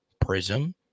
Prism